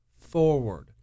forward